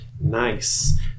Nice